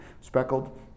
speckled